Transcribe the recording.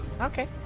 Okay